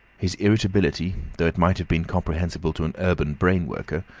his irritability, though it might have been comprehensible to an urban brain-worker,